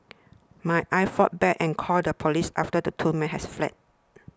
my Aye fought back and called the police after the two men had fled